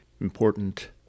important